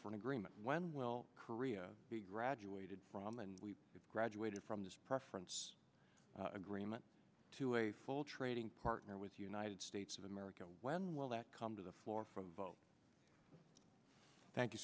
for an agreement when will korea be graduated from and we have graduated from this preference agreement to a full trading partner with united state america when will that come to the floor for a vote thank you